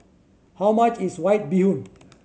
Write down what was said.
how much is White Bee Hoon